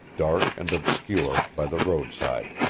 dark and obscure, by the roadside.